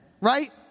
right